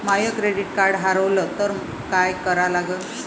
माय credit card हारवलं तर काय करा लागन?